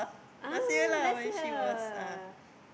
ah last year